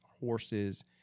horses